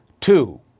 two